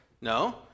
No